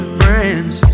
friends